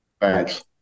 Thanks